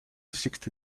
sixty